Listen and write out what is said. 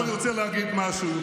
עכשיו אני רוצה להגיד משהו,